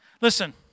listen